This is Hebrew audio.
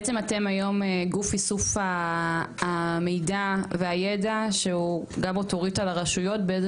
בעצם אתם היום גוף איסוף המידע והידע שהוא גם אוטוריטה לרשויות באיזה